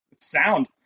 sound